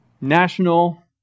national